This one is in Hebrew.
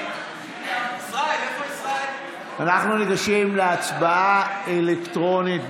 אנחנו ניגשים להצבעה אלקטרונית.